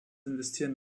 investieren